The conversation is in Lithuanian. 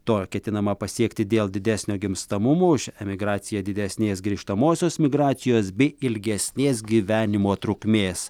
to ketinama pasiekti dėl didesnio gimstamumo už emigraciją didesnės grįžtamosios migracijos bei ilgesnės gyvenimo trukmės